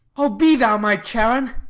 o, be thou my charon,